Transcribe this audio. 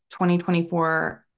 2024